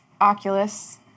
Oculus